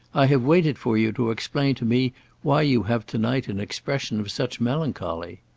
i have waited for you to explain to me why you have to-night an expression of such melancholy.